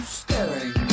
staring